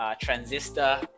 Transistor